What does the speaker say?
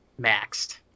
maxed